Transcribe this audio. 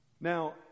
Now